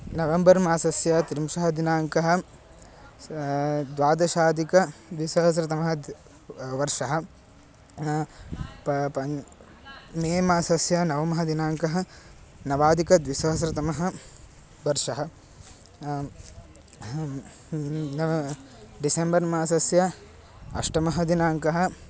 November मासस्य त्रिंशः दिनाङ्कः द्वादशादिकद्विसहस्रतमः वर्षः पञ्च पञ्च मे मासस्य नवमः दिनाङ्कः नवादिकद्विसहस्रतमः वर्षः नव डिसेम्बर् मासस्य अष्टमः दिनाङ्कः